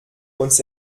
uns